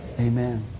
Amen